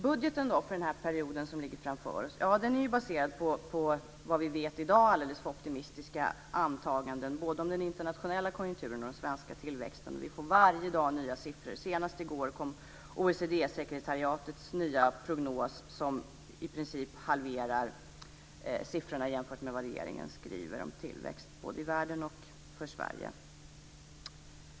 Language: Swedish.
Budgeten för den period som ligger framför oss är baserad på, enligt vad vi vet i dag, alldeles för optimistiska antaganden både om den internationella konjunkturen och om den svenska tillväxten. Vi får varje dag nya siffror. Senast i går kom OECD sekretariatets nya prognos, som i princip halverar siffrorna jämfört med vad regeringen skriver om tillväxt både i världen och för Sverige.